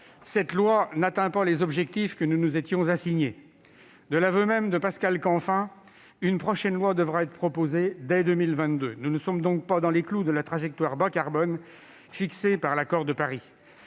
cette loi n'atteint pas les objectifs que nous nous étions assignés. De l'aveu même de Pascal Canfin, une nouvelle loi devra être proposée dès 2022. Nous ne sommes donc pas dans les clous de la trajectoire bas-carbone fixée par l'accord de Paris.